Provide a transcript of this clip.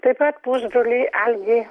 taip pat pusbrolį algį